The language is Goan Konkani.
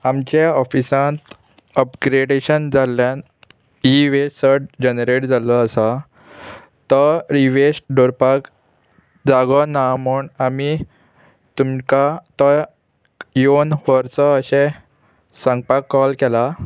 आमच्या ऑफिसांत अपग्रेडेशन जाल्ल्यान ई वेस्ट चड जनरेट जाल्लो आसा तो ई वेस्ट दवरपाक जागो ना म्हूण आमी तुमकां तो येवन व्हरचो अशें सांगपाक कॉल केला